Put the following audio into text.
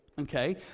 okay